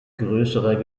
größerer